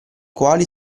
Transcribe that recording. quali